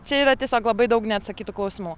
čia yra tiesiog labai daug neatsakytų klausimų